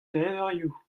levrioù